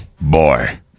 Boy